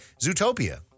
Zootopia